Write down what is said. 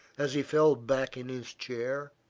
as he fell back in his chair.